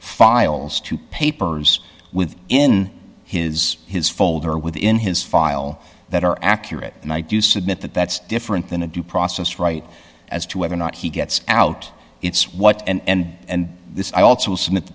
files to papers with in his his folder within his file that are accurate and i do submit that that's different than a due process right as to whether or not he gets out it's what and and this i also submit